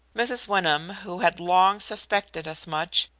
mrs. wyndham, who had long suspected as much,